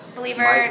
Believer